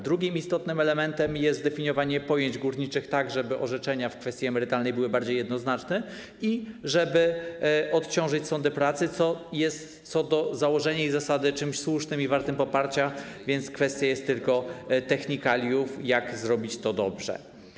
Drugim istotnym elementem jest definiowanie pojęć górniczych tak, żeby orzeczenia w kwestii emerytalnej były bardziej jednoznaczne i żeby odciążyć sądy pracy, co jest co do założenia i zasady czymś słusznym i wartym poparcia, więc jest tylko kwestia technikaliów, jak zrobić to dobrze.